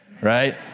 right